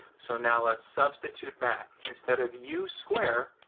so now, let's substitute back. instead of u square,